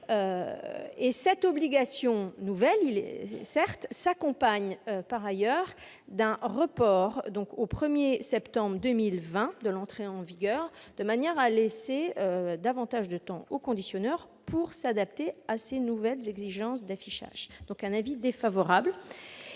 Cette obligation nouvelle s'accompagne par ailleurs d'un report au 1 septembre 2020 de la date d'entrée en vigueur, de manière à laisser davantage de temps aux conditionneurs pour s'adapter à ces nouvelles exigences d'affichage. L'avis est donc défavorable.